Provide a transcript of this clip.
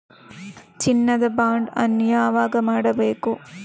ಚಿನ್ನ ದ ಬಾಂಡ್ ಅನ್ನು ಯಾವಾಗ ಮಾಡಬೇಕು?